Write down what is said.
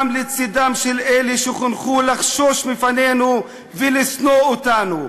גם לצדם של אלה שחונכו לחשוש מפנינו ולשנוא אותנו.